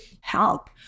help